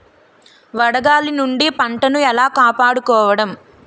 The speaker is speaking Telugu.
వడగాలి నుండి పంటను ఏలా కాపాడుకోవడం?